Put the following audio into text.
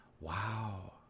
Wow